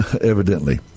evidently